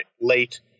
late